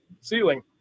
ceiling